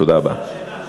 תודה רבה.